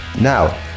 Now